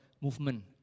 movement